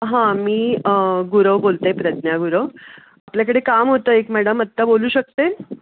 हां मी गुरव बोलत आहे प्रज्ञा गुरव आपल्याकडे काम होतं एक मॅडम आत्ता बोलू शकते